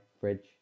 fridge